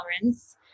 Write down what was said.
tolerance